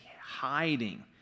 hiding